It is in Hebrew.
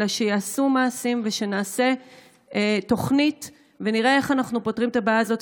אלא שייעשו מעשים ושנעשה תוכנית ונראה איך אנחנו פותרים את הבעיה הזאת,